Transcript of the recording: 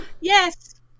Yes